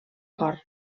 cor